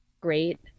great